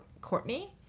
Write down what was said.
Courtney